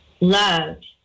loved